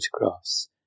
photographs